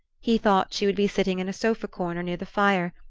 he thought she would be sitting in a sofa-corner near the fire,